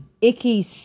icky